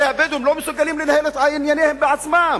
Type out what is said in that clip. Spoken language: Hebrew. הרי הבדואים לא מסוגלים לנהל את ענייניהם בעצמם.